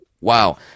Wow